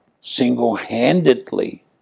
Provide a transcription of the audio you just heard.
single-handedly